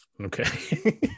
Okay